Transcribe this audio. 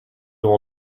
will